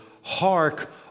Hark